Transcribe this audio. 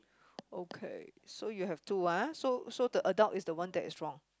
okay so you have two ah so so the adult is the one that is wrong